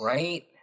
Right